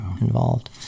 involved